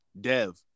Dev